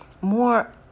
more